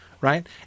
right